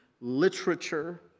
literature